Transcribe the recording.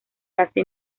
hace